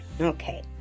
Okay